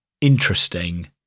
interesting